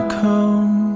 come